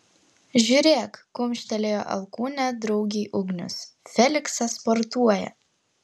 žiūrėk kumštelėjo alkūne draugei ugnius feliksas sportuoja